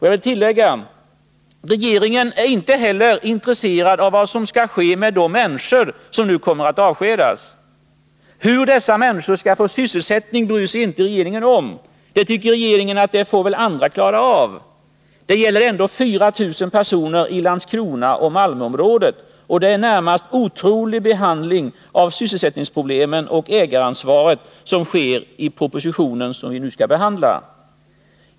Jag vill tillägga att regeringen inte heller är intresserad av vad som skall ske med de människor som nu kommer att avskedas. Hur dessa människor skall få sysselsättning bryr sig regeringen inte om. Regeringen tycker att det får väl andra klara av. Det gäller ändå 4000 personer i Landskrona/Malmöområdet! Det är en närmast otrolig behandling av sysselsättningsproblemen och ägaransvaret som sker i den proposition som vi nu skall behandla.